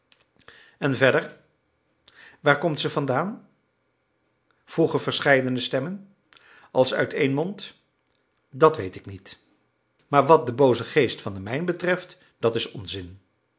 en verder waar komt ze vandaan vroegen verscheidene stemmen als uit één mond dat weet ik niet maar wat den boozen geest van de mijn betreft dat is onzin